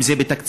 אם זה בתקציבים,